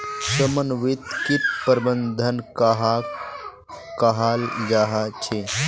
समन्वित किट प्रबंधन कहाक कहाल जाहा झे?